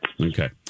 Okay